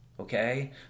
Okay